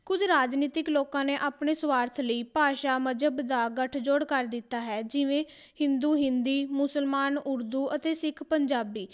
ਕੁਝ ਰਾਜਨੀਤਿਕ ਲੋਕਾਂ ਨੇ ਆਪਣੇ ਸਵਾਰਥ ਲਈ ਭਾਸ਼ਾ ਮਜ਼ਹਬ ਦਾ ਗਠਜੋੜ ਕਰ ਦਿੱਤਾ ਹੈ ਜਿਵੇਂ ਹਿੰਦੂ ਹਿੰਦੀ ਮੁਸਲਮਾਨ ਉਰਦੂ ਅਤੇ ਸਿੱਖ ਪੰਜਾਬੀ